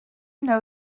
know